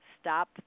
stop